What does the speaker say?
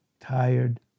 tired